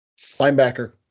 Linebacker